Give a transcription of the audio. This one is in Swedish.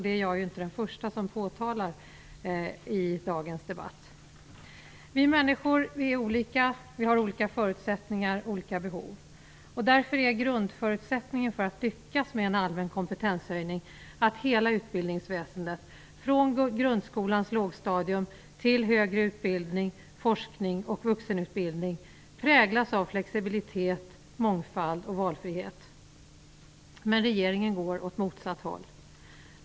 Jag är ju inte den första som påtalar detta i dagens debatt. Vi människor är olika. Vi har olika förutsättningar och olika behov. Därför är grundförutsättningen för att lyckas med en allmän kompetenshöjning att hela utbildningsväsendet, från grundskolans lågstadium till högre utbildning, forskning och vuxenutbildning, präglas av flexibilitet, mångfald och valfrihet. Men regeringen går åt motsatt håll.